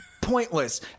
pointless